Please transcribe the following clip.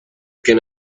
can